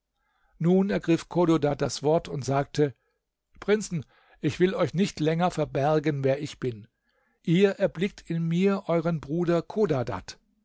nun ergriff chodadad das wort und sagte prinzen ich will euch nicht länger verbergen wer ich bin ihr erblickt in mir euren bruder